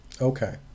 Okay